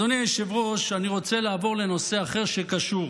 אדוני היושב-ראש, אני רוצה לעבור לנושא אחר שקשור.